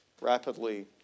rapidly